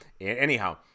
Anyhow